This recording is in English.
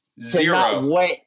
Zero